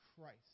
Christ